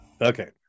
Okay